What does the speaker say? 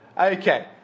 Okay